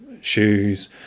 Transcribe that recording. shoes